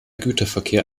güterverkehr